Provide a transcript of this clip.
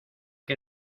que